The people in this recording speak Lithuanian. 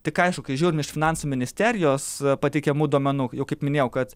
tik aišku kai žiūrim iš finansų ministerijos pateikiamų duomenų jau kaip minėjau kad